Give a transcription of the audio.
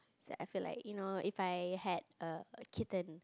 I feel like you know if I had a kitten